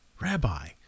Rabbi